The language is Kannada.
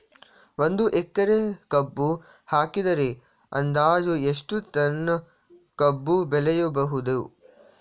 ಒಂದು ಎಕರೆ ಕಬ್ಬು ಹಾಕಿದರೆ ಅಂದಾಜು ಎಷ್ಟು ಟನ್ ಕಬ್ಬು ಬೆಳೆಯಬಹುದು?